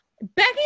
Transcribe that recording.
Becky